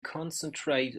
concentrate